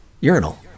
urinal